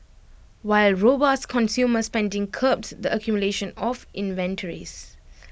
while robust consumer spending curbed the accumulation of inventories